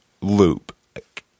loop